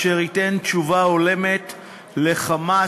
והוא ייתן תשובה הולמת ל"חמאס",